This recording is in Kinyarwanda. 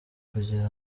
kugira